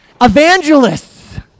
Evangelists